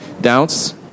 doubts